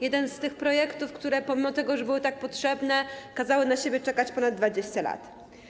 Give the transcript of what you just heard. Jeden z tych projektów, które pomimo że były tak potrzebne, kazały na siebie czekać ponad 20 lat.